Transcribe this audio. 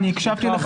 הקשבתי לך